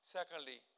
Secondly